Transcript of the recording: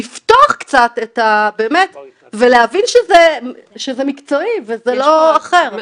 לפתוח קצת את ה ולהבין שזה מקצועי וזה לא אחר.